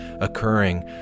occurring